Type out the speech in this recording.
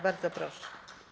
Bardzo proszę.